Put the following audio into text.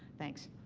thanks.